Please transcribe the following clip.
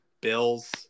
Bills